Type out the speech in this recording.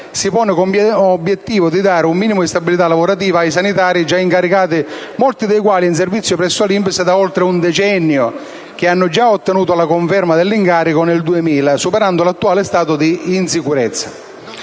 si pone come obiettivo di dare un minimo di stabilità lavorativa ai sanitari già incaricati, molti dei quali in servizio presso l'INPS da oltre un decennio, che hanno già ottenuto la conferma dell'incarico nel 2000 e nel 2008, superando l'attuale stato di insicurezza.